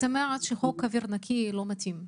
את אומרת שחוק אוויר נקי לא מתאים.